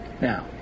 Now